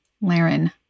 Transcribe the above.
Laren